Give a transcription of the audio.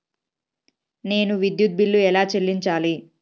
నేను విద్యుత్ బిల్లు ఎలా చెల్లించాలి?